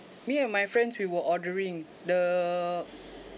me and my friends we were ordering the